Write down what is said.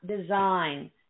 design